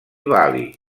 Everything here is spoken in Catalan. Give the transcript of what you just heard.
bali